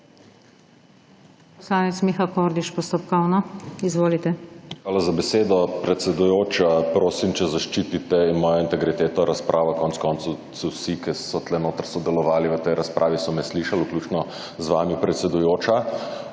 Hvala za besedo, predsedujoča. Prosim, če zaščitite mojo integriteto, razpravo - konec koncev so vsi, ki so tukaj notri sodelovali v tej razpravi, so me slišali vključno z vami, predsedujoča